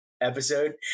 episode